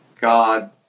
God